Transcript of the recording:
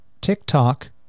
TikTok